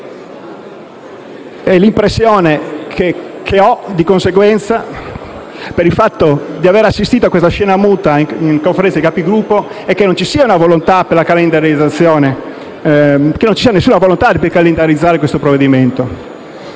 L'impressione che ho, di conseguenza, per il fatto di aver assistito a questa scena muta in Conferenza dei Capigruppo, è che non ci sia la volontà di calendarizzare il provvedimento.